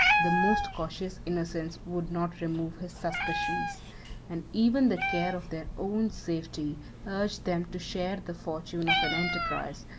the most cautious innocence would not remove his suspicions and even the care of their own safety urged them to share the fortune of an enterprise,